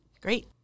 Great